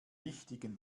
wichtigen